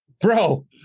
Bro